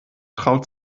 traut